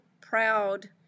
proud